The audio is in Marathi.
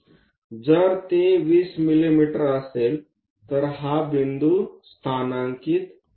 जर ते 20 मिमी असेल तर हा बिंदू स्थानांकित करा